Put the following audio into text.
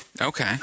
Okay